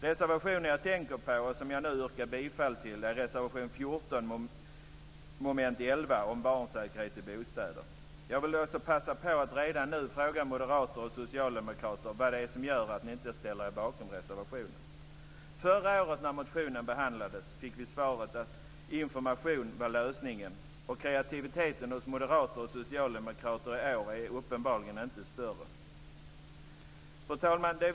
Reservationen som jag tänker på, och som jag nu yrkar bifall till är reservation 14 under mom. 11 om barnsäkerhet i bostäder. Jag vill också passa på att redan nu fråga moderater och socialdemokrater vad det är som gör att ni inte ställer er bakom reservationen. Förra året när motionen behandlades fick vi svaret att information var lösningen. Kreativiteten hos moderater och socialdemokrater är i år uppenbarligen inte större. Herr talman!